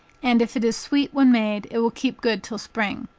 and if it is sweet when made, it will keep good till spring.